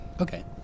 Okay